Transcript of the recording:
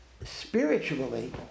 spiritually